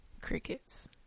Crickets